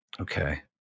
Okay